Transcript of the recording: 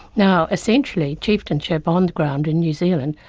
now essentially, chieftainship on the ground in new zealand,